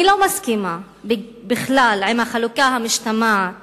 אני לא מסכימה עם החלוקה המשתמעת